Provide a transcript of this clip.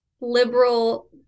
liberal